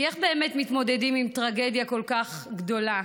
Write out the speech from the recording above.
כי איך באמת מתמודדים עם טרגדיה כל כך גדולה?